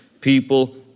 people